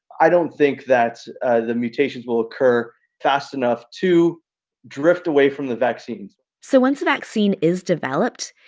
i don't think that ah the mutations will occur fast enough to drift away from the vaccines so once a vaccine is developed,